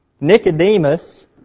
Nicodemus